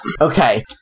Okay